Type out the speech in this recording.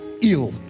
ill